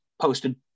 posted